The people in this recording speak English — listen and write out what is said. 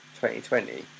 2020